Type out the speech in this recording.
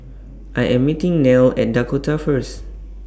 I Am meeting Nelle At Dakota First